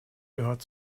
gehört